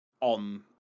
on